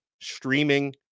streaming